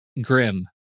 grim